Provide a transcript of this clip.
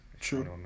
True